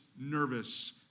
Nervous